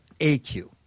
AQ